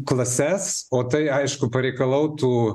klases o tai aišku pareikalautų